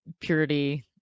purity